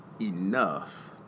enough